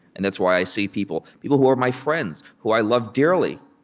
and that's why i see people people who are my friends, who i love dearly,